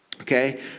Okay